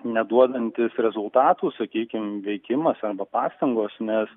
neduodantys rezultatų sakykim veikimas arba pastangos nes